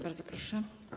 Bardzo proszę.